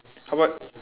how about